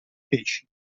pesci